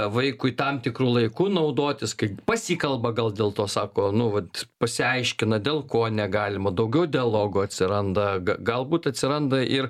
vaikui tam tikru laiku naudotis kai pasikalba gal dėl to sako nu vat pasiaiškina dėl ko negalima daugiau dialogo atsiranda g galbūt atsiranda ir